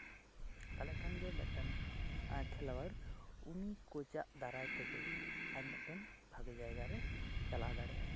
ᱛᱟᱞᱦᱮ ᱠᱷᱟᱱᱜᱮ ᱢᱮᱫᱴᱮᱱ ᱠᱷᱮᱞᱳᱣᱟᱲ ᱩᱱᱤ ᱠᱳᱪᱟᱜ ᱫᱟᱨᱟᱭ ᱛᱮᱜᱮ ᱟᱡ ᱢᱮᱫᱴᱮᱱ ᱵᱷᱟᱜᱮ ᱡᱟᱭᱜᱟ ᱨᱮᱭ ᱪᱟᱞᱟᱣ ᱫᱟᱲᱮᱭᱟᱜᱼᱟᱭ